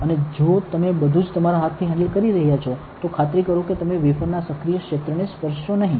અને જો તમે બધુ જ તમારા હાથથી હેન્ડલ કરી રહ્યા છો તો ખાતરી કરો કે તમે વેફરના સક્રિય ક્ષેત્રને સ્પર્શશો નહીં